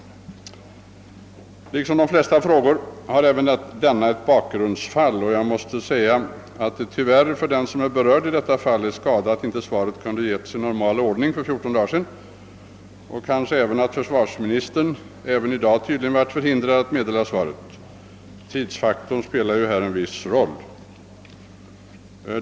Liksom de flesta frågor har även denna ett bakgrundsfall, och för den som är berörd är det stor skada att inte svaret kunde ha givits i normal ordning för 14 dagar sedan, liksom det också är skada att försvarsministern tydligen även i dag har varit förhindrad att lämna svaret. Tidsfaktorn spelar här en viss roll.